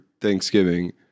Thanksgiving